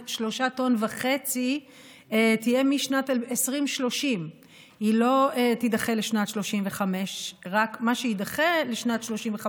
3.5 טון תהיה משנת 2030. היא לא תידחה לשנת 2035. מה שיידחה לשנת 2035,